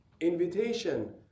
Invitation